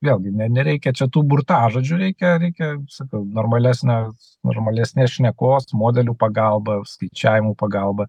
vėlgi ne nereikia čia tų burtažodžių reikia reikia sakau normalesnes normalesnės šnekos modelių pagalba skaičiavimų pagalba